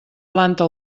planta